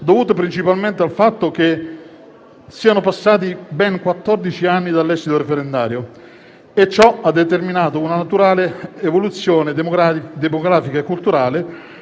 dovute principalmente al fatto che siano passati ben quattordici anni dall'esito referendario, e che ciò ha determinato una naturale evoluzione demografica e culturale